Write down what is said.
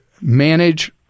manage